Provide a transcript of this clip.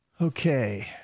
Okay